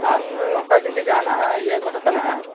ᱟᱨ ᱱᱚᱝᱠᱟ ᱡᱩᱫᱤ ᱡᱟᱦᱟᱱᱟᱜ ᱤᱭᱟᱹ ᱜᱚᱫ ᱠᱟᱱᱟ